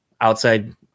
outside